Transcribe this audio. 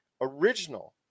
original